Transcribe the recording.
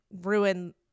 ruin